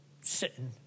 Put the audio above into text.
sitting